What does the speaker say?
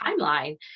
timeline